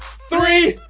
three,